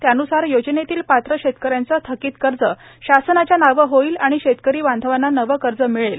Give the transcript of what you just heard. त्यान्सार योजनेतील पात्र शेतक यांचं थकित कर्ज शासनाच्या नावे होईल आणि शेतकरी बांधवांना नवे कर्ज मिळेल